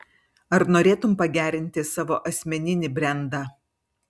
ar norėtum pagerinti savo asmeninį brendą